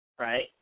Right